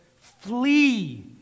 flee